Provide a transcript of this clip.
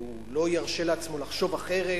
והוא לא ירשה לעצמו לחשוב אחרת,